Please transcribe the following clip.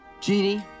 genie